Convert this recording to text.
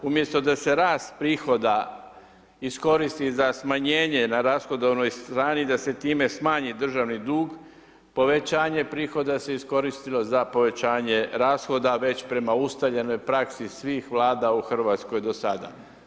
Umjesto da se rast prihoda iskoristi za smanjenje na rashodovnoj strani da se time smanji državni dug, povećanje prihoda se iskoristilo za povećanje rashoda prema već ustaljenoj praksi svih Vlada u Hrvatskoj do sada.